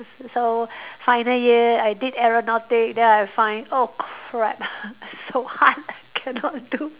so final year I did aeronautic then I find oh crap so hard I cannot do